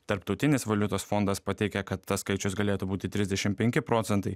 tarptautinis valiutos fondas pateikia kad tas skaičius galėtų būti trisdešim penki procentai